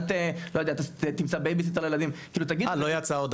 אל תיקח בייביסיטר לילדים, לא יודע.